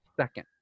second